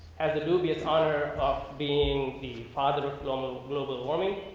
as the dubious honor of being the positive low global warming,